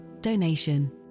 donation